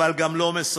אבל גם לו מסרבים.